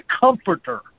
comforter